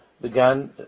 began